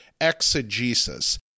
exegesis